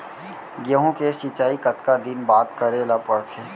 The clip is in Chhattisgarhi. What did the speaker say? गेहूँ के सिंचाई कतका दिन बाद करे ला पड़थे?